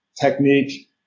technique